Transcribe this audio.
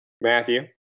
Matthew